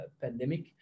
pandemic